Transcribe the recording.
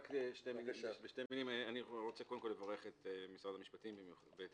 אני רוצה קודם כל לברך את משרד המשפטים ואת